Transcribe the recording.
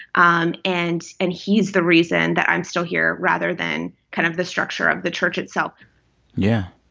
um and and he's the reason that i'm still here, rather than kind of the structure of the church itself yeah.